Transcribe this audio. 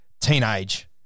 teenage